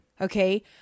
okay